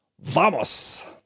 Vamos